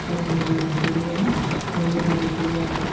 कारणले गर्दाखेरि होइन अब नेपालीको अब